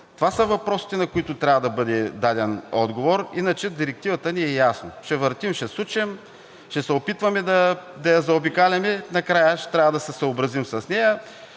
Това са въпросите, на които трябва да бъде даден отговор. Иначе Директивата ни е ясна – ще въртим, ще сучем, ще се опитваме да я заобикаляме, накрая ще трябва да се съобразим с нея